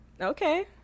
Okay